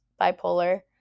bipolar